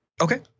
Okay